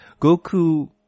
Goku